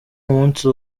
umunsi